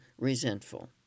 resentful